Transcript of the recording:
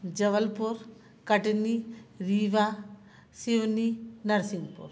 Jabalpur Katni Rewa Seoni Narsinghpur